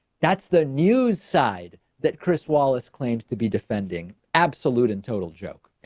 that's the news side that chris wallace claims to be defending absolute and total joke.